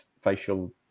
facial